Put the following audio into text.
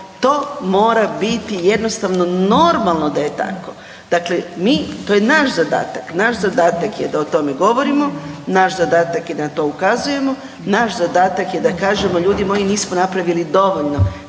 to mora biti jednostavno, normalno da je tako. Dakle mi, to je naš zadatak, naš zadak je da o tome govorimo, naš zadatak je na to ukazujemo, naš zadatak je da kažemo, ljudi moji, nismo napravili dovoljno,